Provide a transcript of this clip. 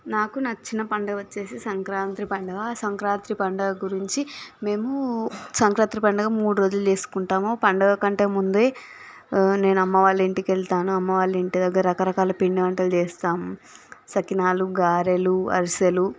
నాకు నచ్చిన పండుగ వచ్చేసి సంక్రాంతి పండుగ ఆ సంక్రాంతి పండుగ గురించి మేము సంక్రాంతి పండుగ మూడు రోజులు చేసుకుంటాము పండుగ కంటే ముందే నేను అమ్మవాళ్ళ ఇంటికి వెళ్తాను అమ్మ వాళ్ళ ఇంటి దగ్గర రకరకాల పిండి వంటలు చేస్తాం సకినాలు గారెలు అరిసెలు